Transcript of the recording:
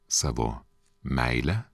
savo meile